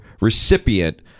recipient